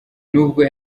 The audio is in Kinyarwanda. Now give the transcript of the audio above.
nubwo